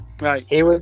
Right